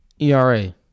ERA